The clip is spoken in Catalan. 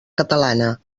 catalana